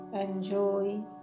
enjoy